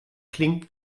klingt